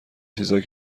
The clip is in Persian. چیزهایی